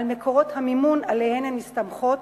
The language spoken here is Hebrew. על מקורות המימון שעליהם הן מסתמכות